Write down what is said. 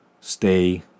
Stay